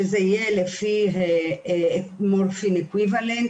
שזה יהיה לפי מורפין אקוויוולנט,